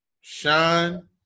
shine